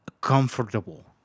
comfortable